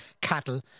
cattle